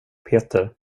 peter